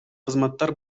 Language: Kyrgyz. кызматтар